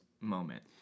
moment